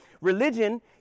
Religion